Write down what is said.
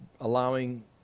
allowing